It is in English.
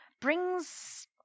brings